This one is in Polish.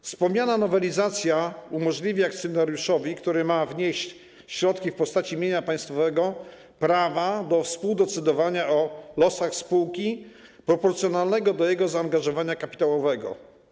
Wspomniana nowelizacja umożliwi akcjonariuszowi, który ma wnieść środki w postaci mienia państwowego, prawo do współdecydowania o losach spółki proporcjonalnego do jego zaangażowania kapitałowego.